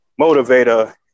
motivator